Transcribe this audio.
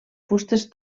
fustes